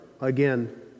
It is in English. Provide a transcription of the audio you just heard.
again